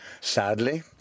sadly